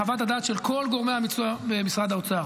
חוות הדעת של כל גורמי המקצוע במשרד האוצר